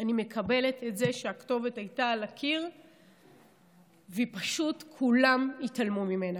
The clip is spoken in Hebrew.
אני מקבלת את זה שהכתובת הייתה על הקיר ופשוט כולם התעלמו ממנה.